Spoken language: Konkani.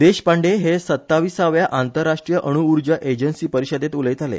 देशपांडे हे सत्ताविसाव्या आंतरराष्ट्रीय अणु उर्जा एजंसी परिशदेंत उलयताले